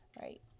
Right